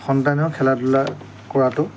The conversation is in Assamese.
সন্তানক খেলা ধূলা কৰাটো